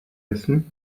essen